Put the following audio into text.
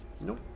nope